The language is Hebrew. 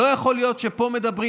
לא יכול להיות שפה מדברים,